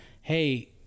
Hey